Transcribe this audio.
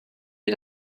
wir